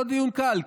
לא דיון קל,